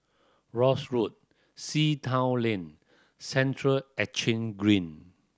Rosyth Road Sea Town Lane Central Exchange Green